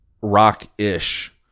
rock-ish